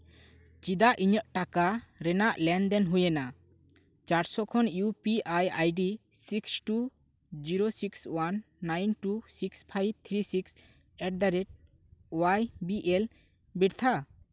ᱪᱮᱫᱟᱜ ᱤᱧᱟᱹᱜ ᱴᱟᱠᱟ ᱨᱮᱱᱟᱜ ᱞᱮᱱᱫᱮᱱ ᱦᱩᱭᱮᱱᱟ ᱪᱟᱨᱥᱚ ᱠᱷᱚᱱ U P I ID six two zero six one nine two six five three six at the rate Y B L ᱵᱮᱨᱛᱷᱟ